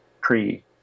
pre